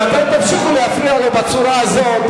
אם אתם תמשיכו להפריע לו בצורה הזו,